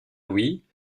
louis